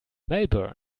melbourne